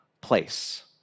place